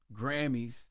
Grammys